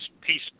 Peace